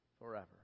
forever